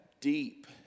deep